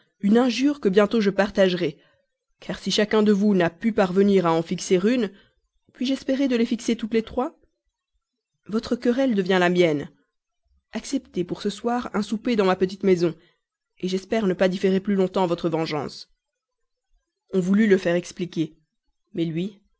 une injure que bientôt je partagerais car si chacun de vous n'a pu parvenir à en fixer une seule puis-je espérer de les fixer toutes trois votre querelle devient la mienne acceptez pour ce soir un souper dans ma petite maison j'espère ne pas différer plus longtemps votre vengeance on voulut le faire expliquer mais lui